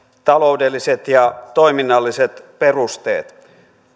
taloudelliset ja toiminnalliset perusteet